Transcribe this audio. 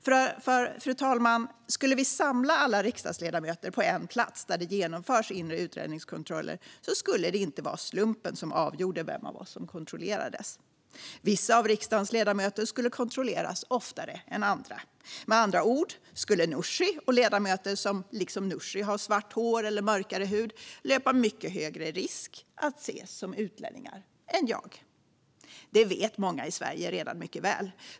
För, fru talman, om vi skulle samla alla riksdagsledamöter på en plats där det genomförs inre utlänningskontroller skulle det inte vara slumpen som avgjorde vem av oss som kontrolleras. Vissa av riksdagens ledamöter skulle kontrolleras oftare än andra. Med andra ord skulle Nooshi och ledamöter som liksom Nooshi har svart hår eller mörkare hud löpa mycket högre risk att ses som utlänningar än jag. Detta vet många i Sverige redan mycket väl.